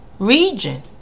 Region